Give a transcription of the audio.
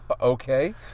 Okay